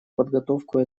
подготовку